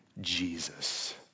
Jesus